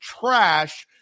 trash